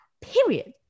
Period